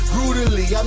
Brutally